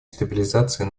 стабилизации